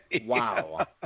Wow